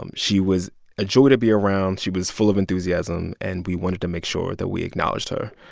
um she was a joy to be around. she was full of enthusiasm. and we wanted to make sure that we acknowledged her.